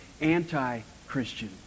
anti-Christian